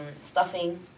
stuffing